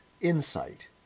insight